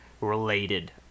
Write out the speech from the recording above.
related